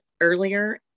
earlier